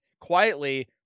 quietly